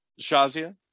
shazia